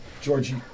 Georgie